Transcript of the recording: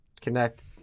connect